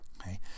okay